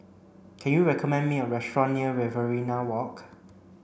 can you recommend me a restaurant near Riverina Walk